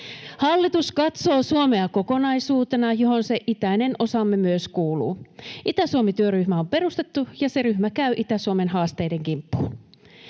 Hallitus katsoo Suomea kokonaisuutena, johon myös se itäinen osamme kuuluu. Itä-Suomi-työryhmä on perustettu, ja se ryhmä käy Itä-Suomen haasteiden kimppuun.